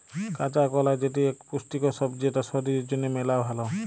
কাঁচা কলা যেটি ইক পুষ্টিকর সবজি যেটা শরীর জনহে মেলা ভাল